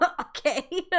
okay